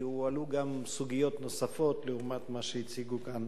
כי הועלו גם סוגיות נוספות לעומת מה שהציגו כאן